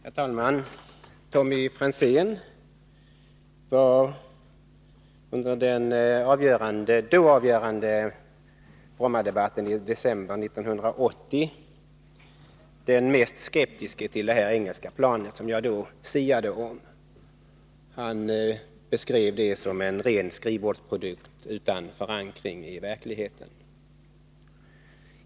Herr talman! Tommy Franzén var i december 1980, under den då avgörande Brommadebatten, den mest skeptiske när det gällde det här engelska planet, som jag den gången siade om. Han beskrev det som en ren skrivbordsprodukt utan förankring i verkligheten.